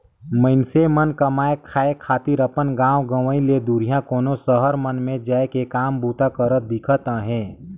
मइनसे मन कमाए खाए खातिर अपन गाँव गंवई ले दुरिहां कोनो सहर मन में जाए के काम बूता करत दिखत अहें